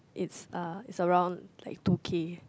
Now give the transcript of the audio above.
it's uh it's around like two K